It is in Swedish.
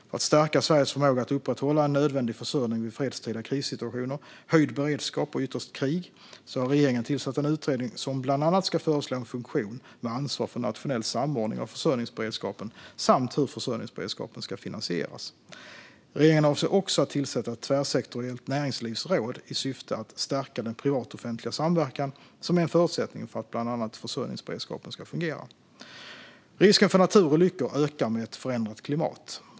För att stärka Sveriges förmåga att upprätthålla en nödvändig försörjning vid fredstida krissituationer, höjd beredskap och ytterst krig har regeringen tillsatt en utredning som bland annat ska föreslå en funktion med ansvar för nationell samordning av försörjningsberedskapen samt hur försörjningsberedskapen ska finansieras. Regeringen avser också att tillsätta ett tvärsektoriellt näringslivsråd i syfte att stärka den privat-offentliga samverkan som är en förutsättning för att bland annat försörjningsberedskapen ska fungera. Risken för naturolyckor ökar med ett förändrat klimat.